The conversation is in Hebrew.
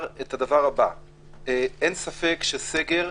אין ספק שסגר,